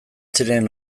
ziren